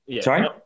Sorry